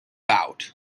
out